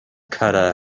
ceuta